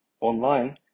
online